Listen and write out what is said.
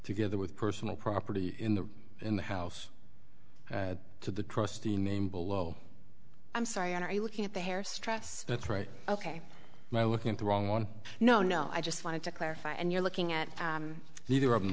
together with personal property in the in the house to the trustee name below i'm sorry are you looking at the hair stress that's right ok my looking at the wrong one no no i just wanted to clarify and you're looking at either of them